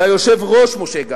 ליושב-ראש משה גפני,